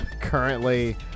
currently